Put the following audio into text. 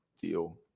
Deal